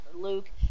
Luke